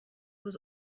was